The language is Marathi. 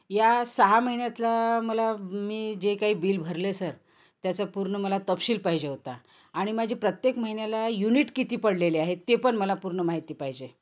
या सहा महिन्यातला मला मी जे काही बिल भरले सर त्याचं पूर्ण मला तपशील पाहिजे होता आणि माझी प्रत्येक महिन्याला युनिट किती पडलेले आहेत ते पण मला पूर्ण माहिती पाहिजे